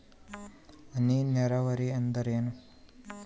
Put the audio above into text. ಹನಿ ನೇರಾವರಿ ಎಂದರೇನು?